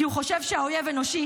כי הוא חושב שהאויב אנושי,